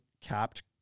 capped